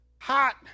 hot